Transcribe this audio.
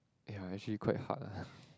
ya actually quite hard lah